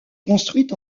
construit